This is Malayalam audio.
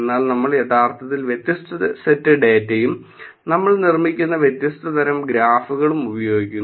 എന്നാൽ നമ്മൾ യഥാർത്ഥത്തിൽ വ്യത്യസ്ത സെറ്റ് ഡാറ്റയും നമ്മൾ നിർമ്മിക്കുന്ന വ്യത്യസ്ത തരം ഗ്രാഫുകളും ഉപയോഗിക്കുന്നു